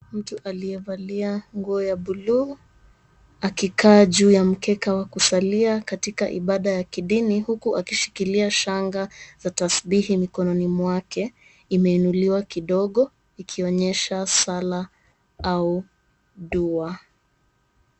Mtu aliyevalia nguo ya bluu akikaa juu ya mkeka wa kusalia katika ibada ya kidini huku akishikilia shanga za tasbihi mikononi mwake imeinuliwa juu kidogo ikionyesha sala au dua.